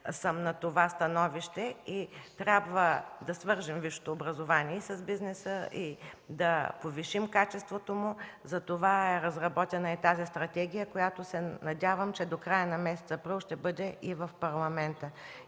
съм на това становище. Трябва да свържем висшето образование с бизнеса и да повишим качеството му. Затова е разработена и тази стратегия, като се надявам, че тя ще бъде до края на месец април в Парламента.